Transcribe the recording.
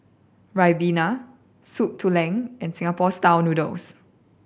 Ribena Soup Tulang and Singapore Style Noodles